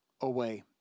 away